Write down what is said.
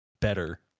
better